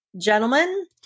gentlemen